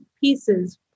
pieces